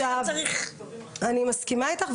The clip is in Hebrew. אני מסכימה איתך.